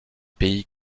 pays